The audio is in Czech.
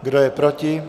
Kdo je proti?